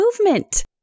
movement